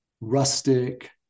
rustic